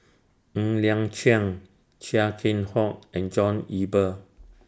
Ng Liang Chiang Chia Keng Hock and John Eber